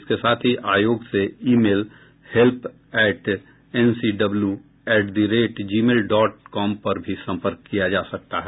इसके साथ ही आयोग से email help at NCW at the rate Gmail dot com पर भी सम्पर्क किया जा सकता है